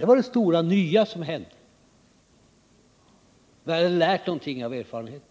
Det var det stora nya som hände. Vi hade lärt någonting av erfarenheten.